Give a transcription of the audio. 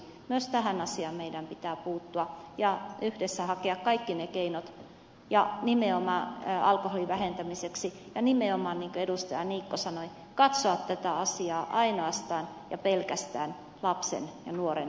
myös tähän asiaan meidän pitää puuttua ja yhdessä hakea kaikki keinot alkoholinkäytön vähentämiseksi ja nimenomaan niin kuin edustaja niikko sanoi katsoa tätä asiaa ainoastaan ja pelkästään lapsen ja nuoren näkökulmasta